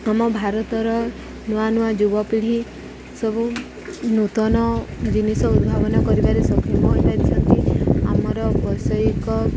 ଆମ ଭାରତର ନୂଆ ନୂଆ ଯୁବପିଢ଼ି ସବୁ ନୂତନ ଜିନିଷ ଉଦ୍ଭାବନ କରିବାରେ ସକ୍ଷମ ହୋଇପାରିଛନ୍ତି ଆମର ବୈଷୟିକ